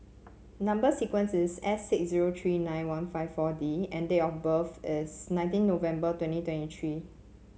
number sequence is S six zero three nine one five four D and date of birth is nineteen November twenty twenty three